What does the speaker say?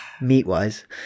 Meat-wise